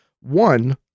one